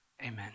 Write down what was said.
amen